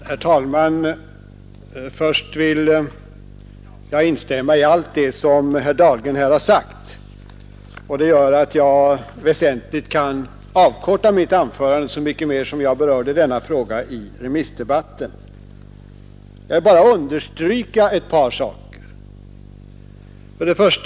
Herr talman! Först vill jag instämma i allt det som herr Dahlgren har sagt. Det gör att jag väsentligt kan avkorta mitt anförande. Jag kan göra det så mycket mer som jag berörde denna fråga i remissdebatten. Jag vill bara betona ett par saker.